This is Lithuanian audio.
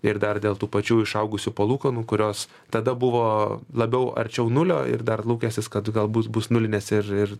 ir dar dėl tų pačių išaugusių palūkanų kurios tada buvo labiau arčiau nulio ir dar lūkestis kad galbūt bus nulinės ir ir